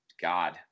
God